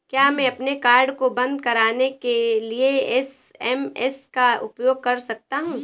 क्या मैं अपने कार्ड को बंद कराने के लिए एस.एम.एस का उपयोग कर सकता हूँ?